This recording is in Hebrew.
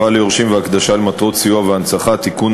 ליורשים והקדשה למטרות סיוע והנצחה) (תיקון,